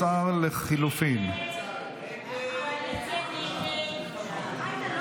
הסתייגות 11 לחלופין לא נתקבלה.